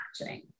matching